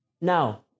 Now